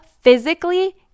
physically